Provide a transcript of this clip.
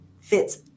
fits